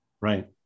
Right